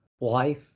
life